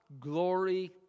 Glory